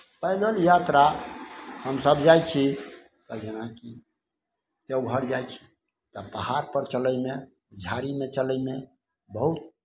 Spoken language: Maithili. पैदल यात्रा हमसभ जाइ छी तऽ जेनाकि देवघर जाइ छी तब पहाड़पर चलयमे झाड़ीमे चलयमे बहुत